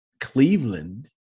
Cleveland